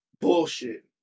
Bullshit